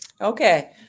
Okay